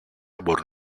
μπορούν